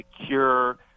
secure